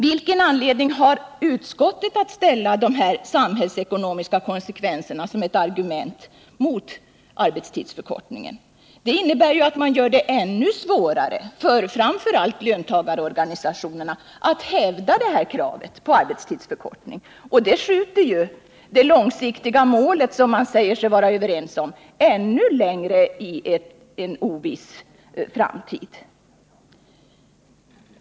Vilken anledning har utskottet att använda de samhällsekonomiska konsekvenserna som ett argument mot arbetstidsförkortningen? Att man gör det innebär att det blir ännu svårare för framför allt löntagarorganisationerna att hävda kravet på arbetstidsförkortningar. Och det skjuter det långsiktiga målet, som man säger sig vara överens om, ännu längre in i en oviss framtid.